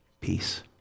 peace